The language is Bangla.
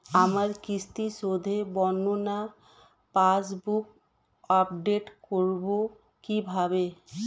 আমার কিস্তি শোধে বর্ণনা পাসবুক আপডেট করব কিভাবে?